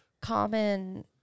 common